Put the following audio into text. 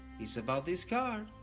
it's about this card.